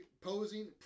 posing